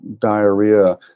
diarrhea